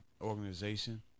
organization